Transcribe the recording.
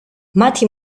მათი